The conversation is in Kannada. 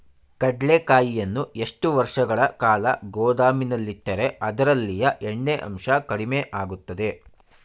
ಕಡ್ಲೆಕಾಯಿಯನ್ನು ಎಷ್ಟು ವರ್ಷಗಳ ಕಾಲ ಗೋದಾಮಿನಲ್ಲಿಟ್ಟರೆ ಅದರಲ್ಲಿಯ ಎಣ್ಣೆ ಅಂಶ ಕಡಿಮೆ ಆಗುತ್ತದೆ?